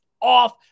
off